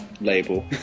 label